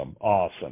Awesome